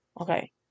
okay